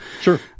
Sure